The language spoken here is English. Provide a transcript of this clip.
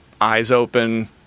eyes-open